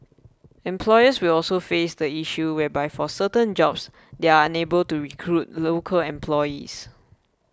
employers will also face the issue whereby for certain jobs they are unable to recruit local employees